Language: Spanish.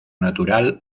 natural